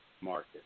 market